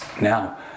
Now